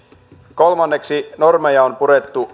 kolmanneksi normeja on purettu